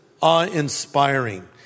awe-inspiring